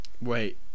Wait